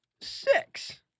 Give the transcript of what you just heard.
six